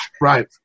right